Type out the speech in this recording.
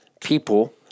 people